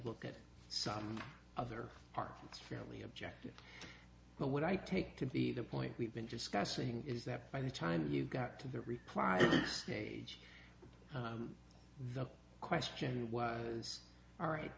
look at some other parts it's fairly objective but what i take to be the point we've been discussing is that by the time you got to the reply stage the question was all right